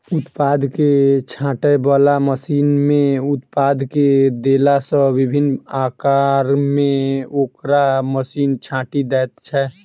उत्पाद के छाँटय बला मशीन मे उत्पाद के देला सॅ विभिन्न आकार मे ओकरा मशीन छाँटि दैत छै